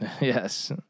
yes